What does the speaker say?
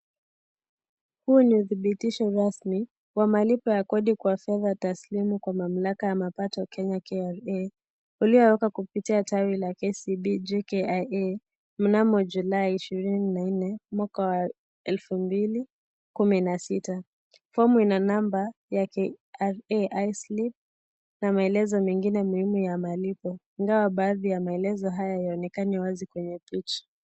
Huu ni udhibitisho rasmi wa malipo ya kodi kwa fedha taslimu kwa mamlaka ya mapato Kenya KRA ulioekwa kupitia tari la KCB JKIA mnamo julai ishirini na nne mwaka wa elfu mbili kumi na sita . Fomu ina namba ya KRA I slip na maelezo mengine muhimu ya malipo, ingawa baadhi ya maelezo haya hayaonekani wazi kwenye picha.